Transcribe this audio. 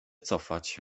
cofać